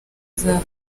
zabo